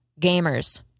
gamers